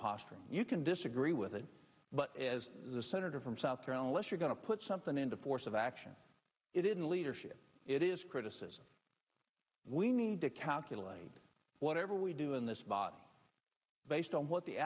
posturing you can disagree with it but as the senator from south carolina let's you're going to put something into force of action it isn't leadership it is criticism we need to calculate whatever we do in this vote based on what the